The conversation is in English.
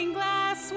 glass